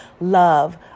love